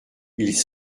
ils